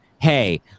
hey